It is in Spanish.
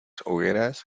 hogueras